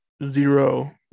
Zero